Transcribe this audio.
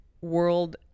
world